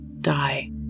die